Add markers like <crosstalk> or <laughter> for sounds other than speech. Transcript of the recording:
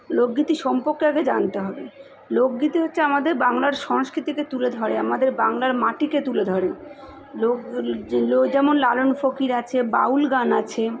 লোকগীতি সম্পর্কে আগে জানতে হবে লোকগীতি হচ্ছে আমাদের বাংলার সংস্কৃতিকে তুলে ধরে আমাদের বাংলার মাটিকে তুলে ধরে লোক <unintelligible> যেমন লালন ফকির আছে বাউল গান আছে